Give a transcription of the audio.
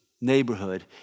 neighborhood